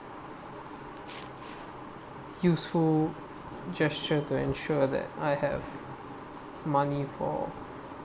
useful gesture to ensure that I have money for